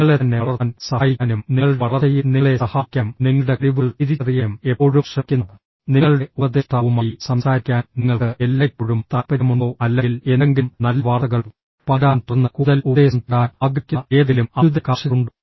നിങ്ങളെത്തന്നെ വളർത്താൻ സഹായിക്കാനും നിങ്ങളുടെ വളർച്ചയിൽ നിങ്ങളെ സഹായിക്കാനും നിങ്ങളുടെ കഴിവുകൾ തിരിച്ചറിയാനും എപ്പോഴും ശ്രമിക്കുന്ന നിങ്ങളുടെ ഉപദേഷ്ടാവുമായി സംസാരിക്കാൻ നിങ്ങൾക്ക് എല്ലായ്പ്പോഴും താൽപ്പര്യമുണ്ടോ അല്ലെങ്കിൽ എന്തെങ്കിലും നല്ല വാർത്തകൾ പങ്കിടാനും തുടർന്ന് കൂടുതൽ ഉപദേശം തേടാനും ആഗ്രഹിക്കുന്ന ഏതെങ്കിലും അഭ്യുദയകാംക്ഷികളുണ്ടോ